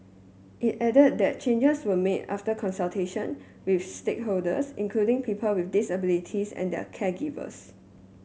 it added that changes were made after consultation with stakeholders including people with disabilities and their caregivers